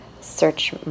Search